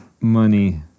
money